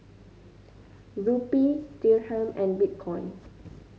Rupee Dirham and Bitcoin